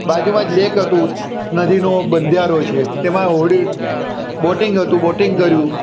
બાજુમાં જ લેક હતું નદીનો બંધીયારો છે તેમાં હોડી બોટિંગ હતું બોટિંગ કર્યું